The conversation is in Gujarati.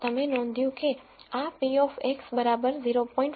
તમે નોંધ્યું કે આ p of X બરાબર 0